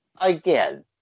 Again